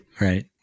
right